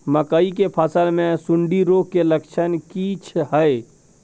मकई के फसल मे सुंडी रोग के लक्षण की हय?